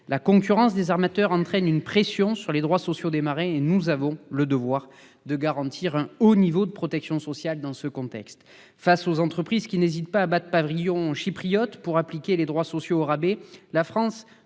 La concurrence des armateurs entraîne une pression sur les droits sociaux des marins. Dans ce contexte, nous avons le devoir de garantir un haut niveau de protection sociale. Face aux entreprises qui n'hésitent pas à battre pavillon chypriote pour appliquer des droits sociaux au rabais, la France